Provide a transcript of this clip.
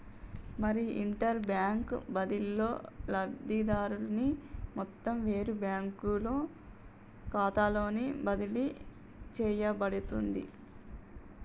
మరి inter bank బదిలీలో లబ్ధిదారుని మొత్తం వేరే బ్యాంకు ఖాతాలోకి బదిలీ చేయబడుతుంది